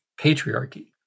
patriarchy